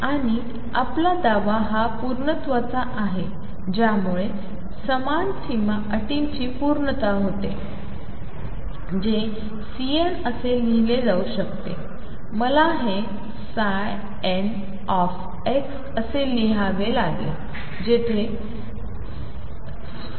आणि आपला दावा हा पूर्णत्वाचा आहे ज्यामुळे समान सीमा अटींची पूर्तता होते जे C n असे लिहिले जाऊ शकते मला हे n असे लिहावे लागेल जिथे n2LsinnπxL